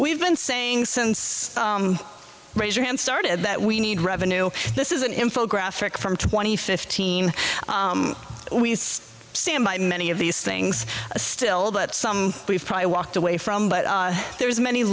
we've been saying since raise your hand started that we need revenue this is an info graphic from twenty fifteen we stand by many of these things still that some we've probably walked away from but there's many